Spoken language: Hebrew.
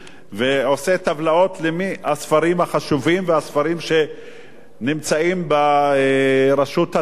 ועושה טבלאות למי הספרים החשובים והספרים שנמצאים בראש הטבלה,